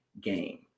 game